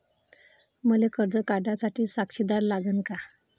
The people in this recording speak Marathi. मले कर्ज काढा साठी साक्षीदार लागन का?